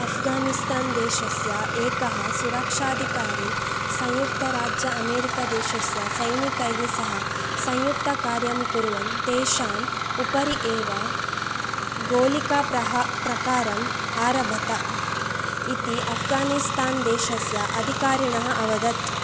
अफ्गानिस्तान् देशस्य एकः सुरक्षाधिकारी संयुक्तराज्य अमेरिकादेशस्य सैनिकैः सह संयुक्तकार्यं कुर्वन् तेषाम् उपरि एव गोलिकाप्रहा प्रकारम् आरभत इति अफ्गानिस्तान् देशस्य अधिकारिणः अवदत्